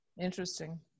Interesting